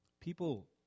People